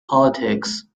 politics